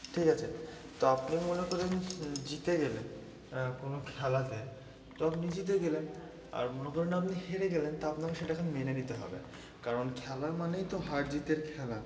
ঠিক আছে তো আপনি মনে করুন জিতে গেলেন কোনো খেলাতে তো আপনি জিতে গেলেন আর মনে করুন আপনি হেরে গেলেন তা আপনাকে সেটাকে মেনে নিতে হবে কারণ খেলা মানেই তো হার জিতের খেলা